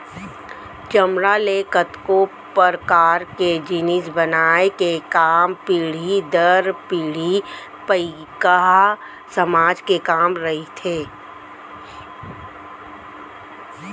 चमड़ा ले कतको परकार के जिनिस बनाए के काम पीढ़ी दर पीढ़ी पईकहा समाज के काम रहिथे